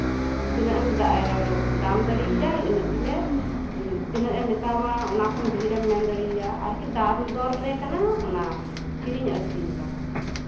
ᱛᱤᱱᱟᱹᱜ ᱮᱢ ᱫᱟᱢ ᱫᱟᱲᱮᱣᱟᱭᱟ ᱤᱱᱟᱹᱜ ᱜᱮᱞᱮ ᱛᱤᱱᱟᱹᱜ ᱮ ᱢᱮᱛᱟᱢᱟ ᱚᱱᱟ ᱠᱷᱚᱱ ᱰᱷᱮᱨᱮᱢ ᱢᱮᱱ ᱫᱟᱲᱮᱣᱟᱭᱟ ᱟᱨᱠᱤ ᱫᱟᱢ ᱫᱚᱨ ᱨᱮ ᱠᱟᱱᱟ ᱚᱱᱟ ᱠᱤᱨᱤᱧ ᱟᱹᱠᱷᱨᱤᱧ ᱫᱚ